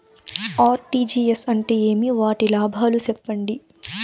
RTGS అంటే ఏమి? వాటి లాభాలు సెప్పండి?